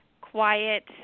quiet